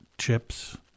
chips